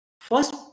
First